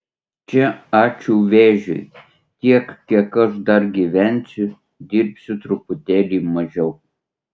čia ačiū vėžiui tiek kiek aš dar gyvensiu dirbsiu truputėlį mažiau